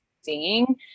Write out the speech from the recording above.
seeing